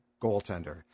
goaltender